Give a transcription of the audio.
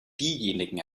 diejenigen